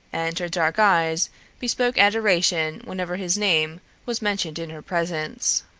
and her dark eyes bespoke adoration whenever his name was mentioned in her presence.